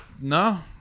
No